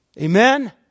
Amen